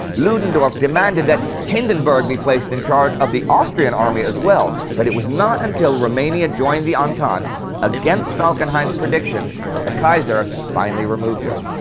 ludendorff demanded that hindenburg be placed in charge, of the austrian army as well, but it was not until romania joined the entente against falkenhayn's prediction that the kaiser finally removed him.